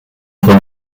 for